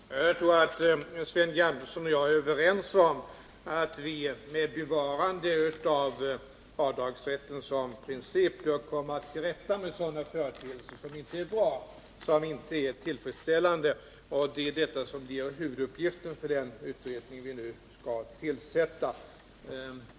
Herr talman! Jag tror att Sven G. Andersson och jag är överens om att vi, med bevarande av avdragsrätten som princip, bör komma till rätta med sådana företeelser som inte är bra och inte är tillfredsställande. Det är detta som blir huvuduppgiften för den utredning vi nu skall tillsätta.